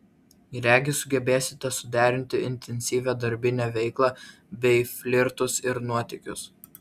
regis sugebėsite suderinti intensyvią darbinę veiklą bei flirtus ir nuotykius